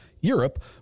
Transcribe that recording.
Europe